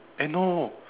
eh no